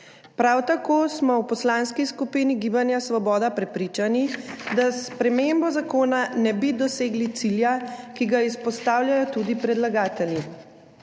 Prav tako smo v Poslanski skupini Svoboda prepričani, da s spremembo zakona ne bi dosegli cilja, ki ga izpostavljajo tudi predlagatelji.